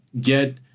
get